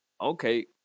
Okay